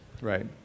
Right